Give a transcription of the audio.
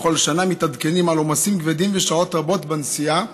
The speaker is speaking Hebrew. בכל שנה מתעדכנים על עומסים כבדים ושעות נסיעה רבות.